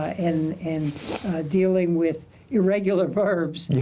and and dealing with irregular verbs.